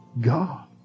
God